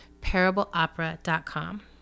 parableopera.com